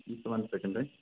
just one second